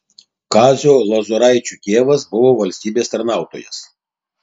kazio lozoraičio tėvas buvo valstybės tarnautojas